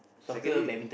secondary